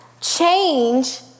Change